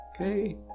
okay